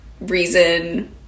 reason